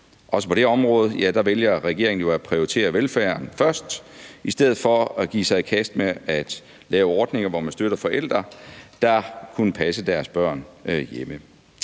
Også på det område vælger regeringen jo at prioritere velfærden først i stedet for at give sig i kast med at lave ordninger, hvor man støtter forældre, der kunne passe deres børn hjemme.